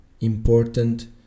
important